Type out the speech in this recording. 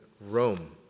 Rome